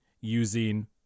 using